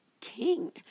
King